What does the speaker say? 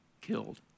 killed